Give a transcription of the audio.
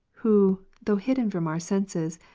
who, though hidden from our senses,